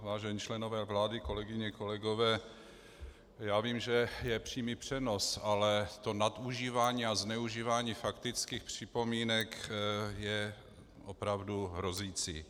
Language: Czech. Vážení členové vlády, kolegyně, kolegové, vím, že je přímý přenos, ale to nadužívání a zneužívání faktických připomínek je opravdu hrozící.